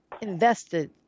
invested